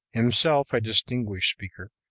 himself a distinguished speaker,